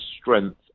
strength